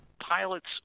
pilots